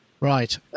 Right